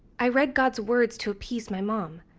i read god's words to appease my mom.